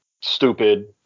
stupid